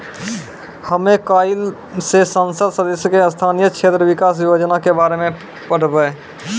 हमे काइल से संसद सदस्य के स्थानीय क्षेत्र विकास योजना के बारे मे पढ़बै